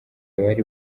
bari